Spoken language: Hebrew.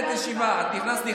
את נכנסת לממשלה,